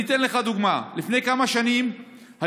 אני אתן לך דוגמה: לפני כמה שנים היו